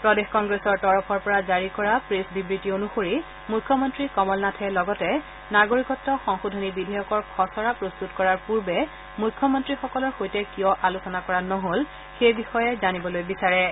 প্ৰদেশ কংগ্ৰেছৰ তৰফৰ পৰা জাৰি কৰা প্ৰেছ বিবৃতি অনুসৰি মুখ্যমন্ত্ৰী কমল নাথে লগতে নাগৰিকত্ব সংশোধনী বিধেয়কৰ খচৰা প্ৰস্তত কৰাৰ পূৰ্বে মুখ্যমন্ত্ৰীসকলৰ সৈতে কিয় আলোচনা কৰা নহল সেই বিষয়ে জানিব বিচাৰিছে